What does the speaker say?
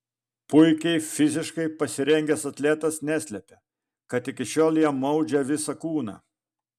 puikiai fiziškai pasirengęs atletas neslepia kad iki šiol jam maudžia visą kūną